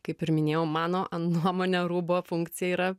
kaip ir minėjau mano nuomone rūbo funkcija yra